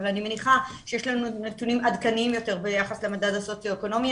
אבל אני מניחה שיש לנו נתונים עדכניים יותר ביחס למדד הסוציו-אקונומי.